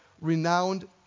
renowned